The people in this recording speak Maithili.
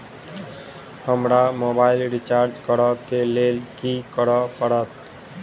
हमरा मोबाइल रिचार्ज करऽ केँ लेल की करऽ पड़त?